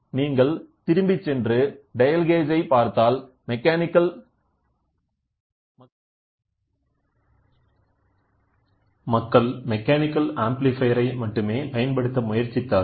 நீங்கள் திரும்பிச் சென்று டயல் கேஜ் பார்த்தால் மக்கள் மெக்கானிக்கல் ஆம்ப்ளிபையர் ஐ மட்டுமே பயன்படுத்த முயற்சித்தார்கள்